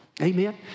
Amen